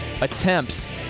attempts